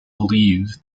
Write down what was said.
believe